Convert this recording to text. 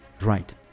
right